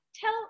Tell